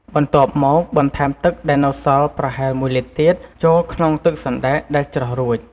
បន្ទាប់មកបន្ថែមទឹកដែលនៅសល់ ប្រហែល ១ លីត្រទៀត ចូលក្នុងទឹកសណ្តែកដែលច្រោះរួច។